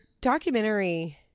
documentary